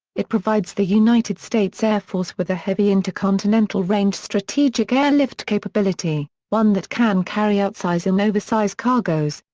it provides the united states air force with a heavy intercontinental-range strategic airlift capability, one that can carry outsize and oversize cargos,